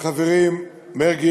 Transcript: חבר הכנסת מרגי,